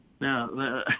Now